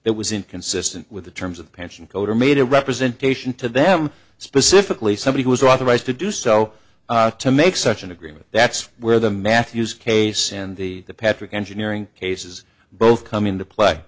that was inconsistent with the terms of pension code or made a representation to them specifically somebody was authorized to do so to make such an agreement that's where the matthews case and the patrick engineering cases both come into play